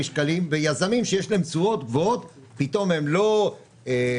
שקלים ויזמים שיש להם תשואות גבוהות פתאום הם לא מתעשרים?